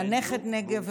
הנכד נגב,